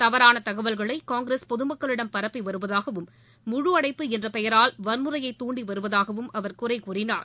தவறான தகவல்களை காங்கிரஸ் பொதுமக்களிடம் பரப்பி வருவதாகவும் முழு அடைப்பு என்ற பெயரால் வன்முறையை தூண்டி வருவதாகவும் அவர் குறை கூறினார்